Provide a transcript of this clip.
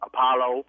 Apollo